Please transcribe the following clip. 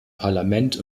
parlament